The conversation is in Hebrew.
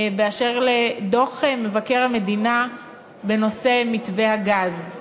באשר לדוח מבקר המדינה בנושא מתווה הגז.